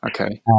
okay